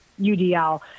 UDL